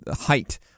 height